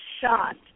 shot